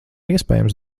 iespējams